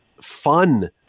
fun